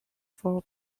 for